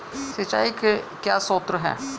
सिंचाई के क्या स्रोत हैं?